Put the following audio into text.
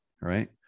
Right